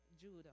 Judah